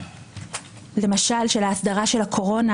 למשל ההסדרה של הקורונה,